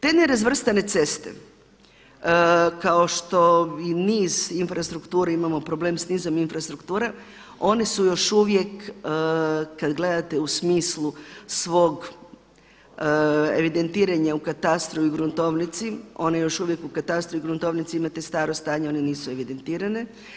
Te nerazvrstane ceste kao što i niz infrastrukturi imamo problema s nizom infrastrukture oni su još uvijek kada gledate u smislu svog evidentiranja u katastru i gruntovnici, one još uvijek u katastru i gruntovnici imate staro stanje one nisu evidentirane.